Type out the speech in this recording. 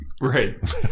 Right